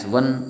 one